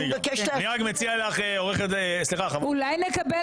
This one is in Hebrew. וזה נכון